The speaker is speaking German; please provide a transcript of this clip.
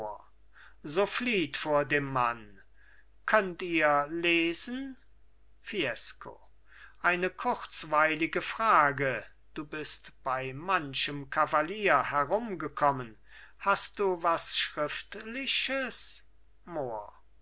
so flieht vor dem mann könnt ihr lesen fiesco eine kurzweilige frage du bist bei manchem kavalier herumgekommen hast du was schriftliches mohr